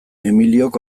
emiliok